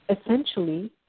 essentially